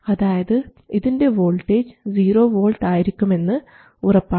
അതായത് ഇതിൻറെ voltage zero volt ആയിരിക്കുമെന്ന് ഉറപ്പാണ്